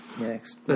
Next